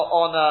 on